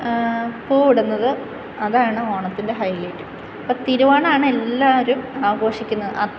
പൂവിടുന്നത് അതാണ് ഓണത്തിൻ്റെ ഹൈലൈറ്റ് ഇപ്പോൾ തിരുവോണമാണ് എല്ലാവരും ആഘോഷിക്കുന്നത്